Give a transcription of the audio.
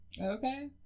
Okay